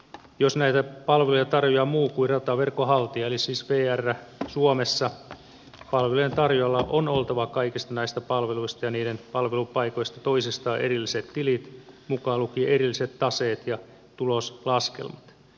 jos näitä palveluja tarjoaa muu kuin rataverkon haltija eli siis vr suomessa palvelujen tarjoajalla on oltava kaikista näistä palveluista ja niiden palvelupaikoista toisistaan erilliset tilit mukaan lukien erilliset taseet ja tuloslaskelmat